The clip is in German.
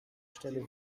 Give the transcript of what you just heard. stelle